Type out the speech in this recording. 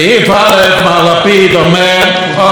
מצוין: ביטול חוק המרכולים,